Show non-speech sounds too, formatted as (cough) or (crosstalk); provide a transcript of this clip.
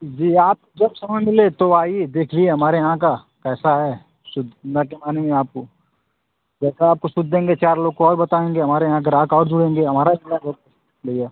जी आप जब समय मिले तो आइए देखिए हमारे यहाँ का कैसा है शुद्ध (unintelligible) के माने आपको वैसा आपको शुद्ध देंगे चार लोग को और बताएँगे हमारे यहाँ ग्राहक और जुड़ेंगे हमारा ही भला होगा भैया